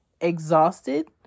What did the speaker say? exhausted